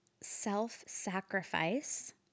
self-sacrifice